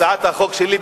הצעת החוק שלי,